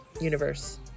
universe